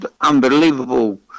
unbelievable